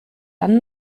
dann